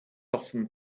often